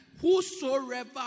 whosoever